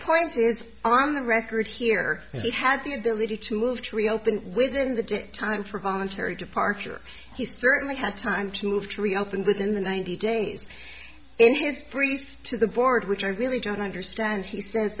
point is on the record here he had the ability to move to reopen within the time for voluntary departure he certainly had time to move to reopen within the ninety days in his brief to the board which i really don't understand he says